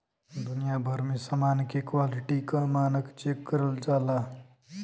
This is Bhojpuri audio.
दुनिया भर में समान के क्वालिटी क मानक चेक करल जाला